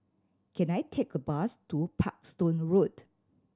can I take a bus to Parkstone Road